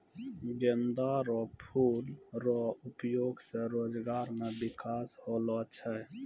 गेंदा रो फूल रो उपयोग से रोजगार मे बिकास होलो छै